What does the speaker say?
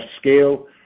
scale